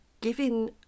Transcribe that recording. giving